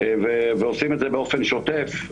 ועושים את זה באופן שוטף,